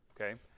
Okay